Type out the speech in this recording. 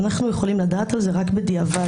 אנחנו יכולים לדעת על זה רק בדיעבד.